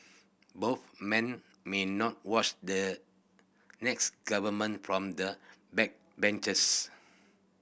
both men may no watch the next government from the backbenches